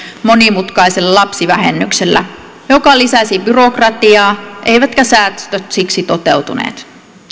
monimutkaisella lapsivähennyksellä joka lisäsi byrokratiaa eivätkä säästöt siksi toteutuneet